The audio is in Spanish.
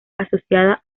asociada